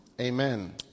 Amen